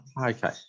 okay